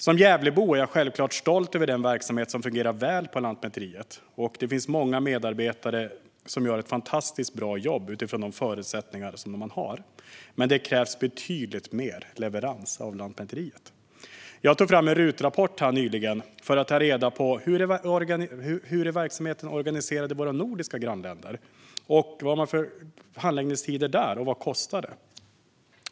Som Gävlebo är jag självklart stolt över den verksamhet som fungerar väl på Lantmäteriet, och det finns många medarbetare som gör ett fantastiskt bra jobb utifrån de förutsättningar de har. Men det krävs betydligt mycket mer leverans av Lantmäteriet. Jag tog nyligen fram en RUT-rapport för att ta reda på hur verksamheten är organiserad i våra nordiska grannländer, vilka handläggningstider man har och vad det kostar.